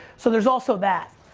so there's also that.